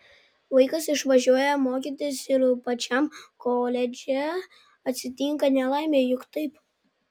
vaikas išvažiuoja mokytis ir pačiam koledže atsitinka nelaimė juk taip